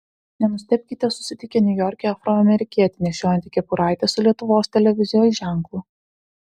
nenustebkite susitikę niujorke afroamerikietį nešiojantį kepuraitę su lietuvos televizijos ženklu